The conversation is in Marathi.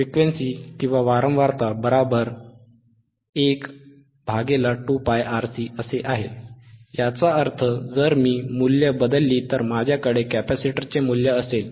F1 2πRC याचा अर्थ जर मी मूल्ये बदलली तर माझ्याकडे कॅपेसिटरचे मूल्य असेल